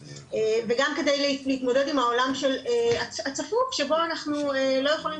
וגם כדי להתמודד עם העולם הצפוף שבו אנחנו לא יכולים